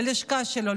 ללשכה שלו,